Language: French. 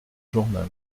journal